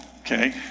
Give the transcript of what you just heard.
okay